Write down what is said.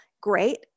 great